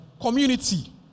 community